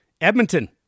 Edmonton